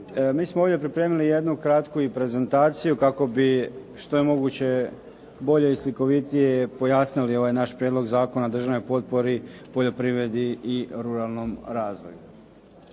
Mi smo ovdje pripremili jednu kratku i prezentaciju kako bi što je moguće bolje i slikovitije pojasnili ovaj naš Prijedlog zakona o državnoj potpori, poljoprivredi i ruralnom razvoju.